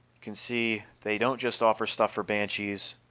can see they don't just offer stuff for banshees.